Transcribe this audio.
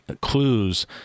clues